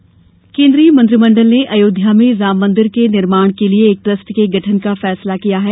Ayodhya trust केन्द्रीय मंत्रिमंडल ने अयोध्या में राम मंदिर के निर्माण के लिए एक ट्रस्ट के गठन का फैसला किया है